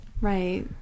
Right